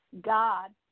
God—